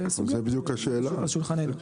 זה סוגייה על שולחננו.